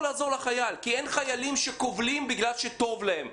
לעזור לחייל כי אין חיילים שקובלים בגלל שטוב להם.